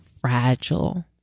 fragile